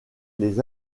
les